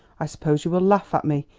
i suppose you will laugh at me,